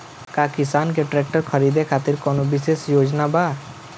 का किसान के ट्रैक्टर खरीदें खातिर कउनों विशेष योजना बा?